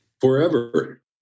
forever